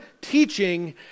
teaching